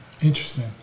Interesting